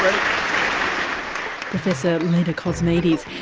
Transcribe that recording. um professor leda cosmides.